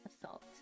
assault